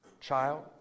child